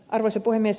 arvoisa puhemies